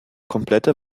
komplette